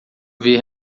ver